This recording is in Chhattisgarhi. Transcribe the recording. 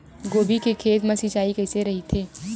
गोभी के खेत मा सिंचाई कइसे रहिथे?